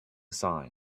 signs